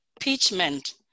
impeachment